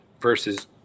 versus